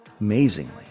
amazingly